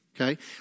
okay